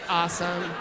awesome